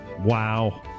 Wow